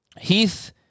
Heath